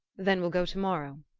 then we'll go to-morrow.